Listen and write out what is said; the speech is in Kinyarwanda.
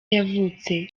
yavutse